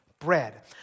bread